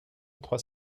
trois